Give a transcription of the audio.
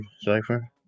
cipher